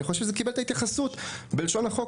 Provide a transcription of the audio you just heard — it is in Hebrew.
חושב שזה קיבל את ההתייחסות בלשון החוק.